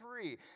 three